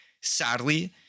sadly